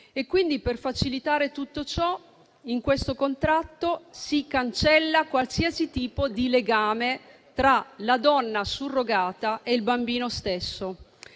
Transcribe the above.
Quindi, per facilitare tutto ciò, in questo contratto si cancella qualsiasi tipo di legame tra la donna surrogata e il bambino stesso.